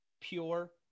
pure